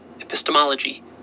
epistemology